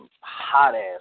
hot-ass